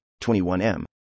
21M